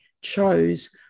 chose